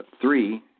three